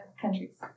countries